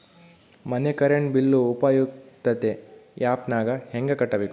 ಮನೆ current bill ಉಪಯುಕ್ತತೆ app ನಾಗ ಹೆಂಗ ಕಟ್ಟಬೇಕು?